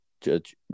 judge